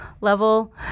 level